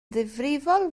ddifrifol